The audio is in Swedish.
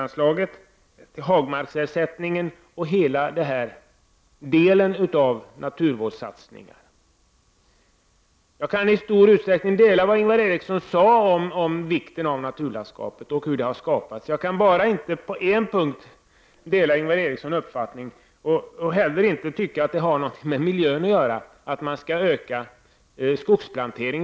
Det handlar då om hagmarksersättningen och hela den delen av naturvårdssatsningen. I stor utsträckning delar jag Ingvar Erikssons uppfattning när han talar om vikten av kulturlandskapet och om hur detta skapades. Men på en punkt delar jag inte Ingvar Erikssons uppfattning. Jag tycker nämligen att detta med att öka skogsplanteringen på åker inte har med miljön att göra.